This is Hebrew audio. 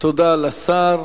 תודה לשר.